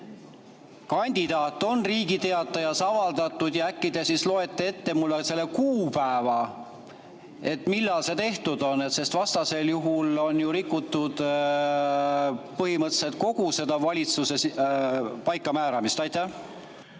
kandidaat on Riigi Teatajas avaldatud. Äkki te loete mulle ette selle kuupäeva, millal see tehtud on? Vastasel juhul on ju rikutud põhimõtteliselt kogu seda valitsuse paikamääramist. Aitäh!